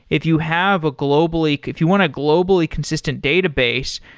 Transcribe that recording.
if you have a globally if you want a globally consistent database,